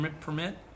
permit